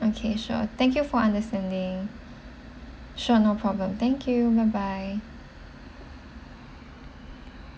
okay sure thank you for understanding sure no problem thank you bye bye